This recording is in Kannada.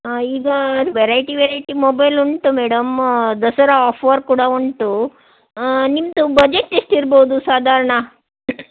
ಹಾಂ ಈಗ ಅದು ವೆರೈಟಿ ವೆರೈಟಿ ಮೊಬೈಲ್ ಉಂಟು ಮೇಡಮ್ ದಸರಾ ಆಫರ್ ಕೂಡ ಉಂಟು ನಿಮ್ಮದು ಬಜೆಟ್ ಎಷ್ಟು ಇರ್ಬಹುದು ಸಾಧಾರಣ